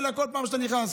אלא כל פעם שאתה נכנס.